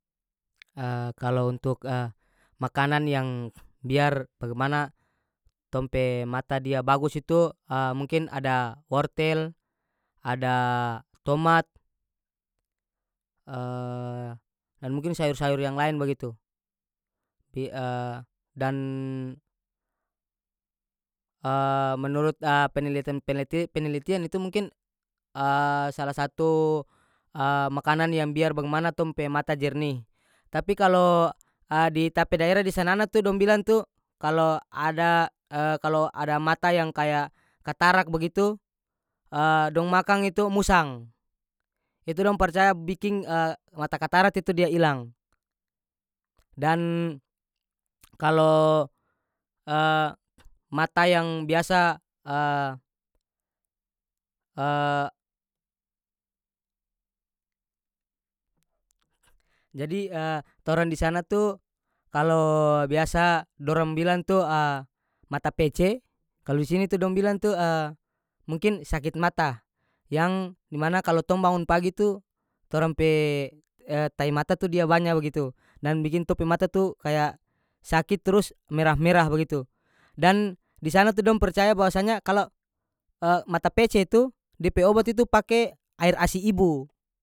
kalo untuk makanan yang biar bagimana tong pe mata dia bagus itu mungkin ada wortel ada tomat dan mungkin sayur-sayur yang lain bagitu pi dan menurut penelitian penelete- penelitian itu mungkin salah satu makanan yang biar bagimana tong pe mata jernih tapi kalo di ta pe daerah di sanana tu dong bilang tu kalo ada kalo ada mata yang kaya katarak bagitu dong makang itu musang itu dong parcaya biking mata katarak itu dia ilang dan kalo mata yang biasa jadi torang di sana tu kalo biasa dorang bilang tu mata pece kalo di sini tu dong bilang tu mungkin sakit mata yang di mana kalo tong bangun pagi tu torang pe tai mata tu dia banya bagitu dan bikin tong pe mata tu kaya sakit trus merah-merah bagitu dan di sana tu dong percaya bahwasanya kalo mata pece itu dia pe obat itu pake aer asi ibu.